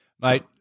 Mate